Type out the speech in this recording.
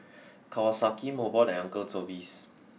Kawasaki Mobot and Uncle Toby's